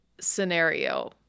scenario